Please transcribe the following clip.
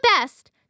best